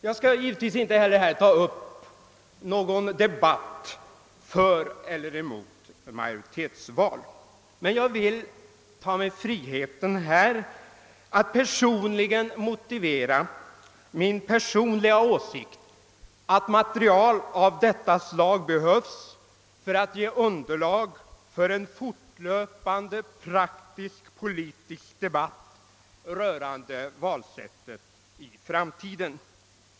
Jag skall givetvis inte heller ta upp någon debatt för eller emot majoritetsval, men jag vill ta mig friheten att motivera min personliga åsikt, att material av detta slag behövs för att ge underlag för en fortlöpande praktisk politisk debatt rörande valsättet i framtiden.